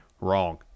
Wrong